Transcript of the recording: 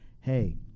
hey